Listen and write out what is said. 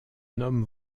nomme